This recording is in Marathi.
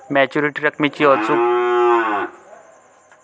मॅच्युरिटी रकमेची अचूक गणना ठेवीसाठी योग्य कालावधी निश्चित करण्यात मदत करते